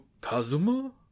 Kazuma